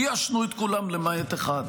איישנו את כולם למעט אחד.